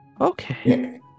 Okay